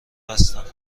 بستند